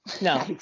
no